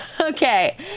Okay